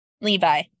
Levi